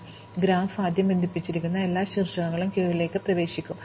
അതിനാൽ ഗ്രാഫ് ആദ്യം ബന്ധിപ്പിച്ചിരിക്കുന്നു എല്ലാ ശീർഷകങ്ങളും ക്യൂവിലേക്ക് പ്രവേശിക്കും